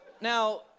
Now